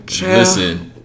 Listen